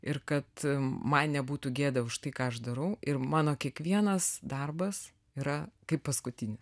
ir kad man nebūtų gėda už tai ką aš darau ir mano kiekvienas darbas yra kaip paskutinis